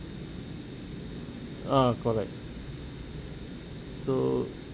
ah correct so